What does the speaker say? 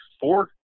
four